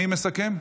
מי מסכם?